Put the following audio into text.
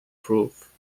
proof